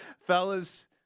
Fellas